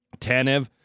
Tanev